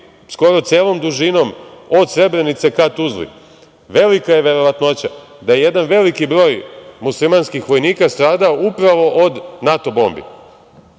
skoro celom dužinom od Srebrenice ka Tuzli, velika je verovatnoća da je jedan veliki broj muslimanskih vojnika stradao upravo od NATO bombi.Zašto